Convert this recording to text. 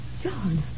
John